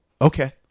okay